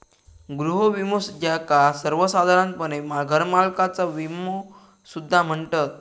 गृह विमो, ज्याका सर्वोसाधारणपणे घरमालकाचा विमो सुद्धा म्हणतत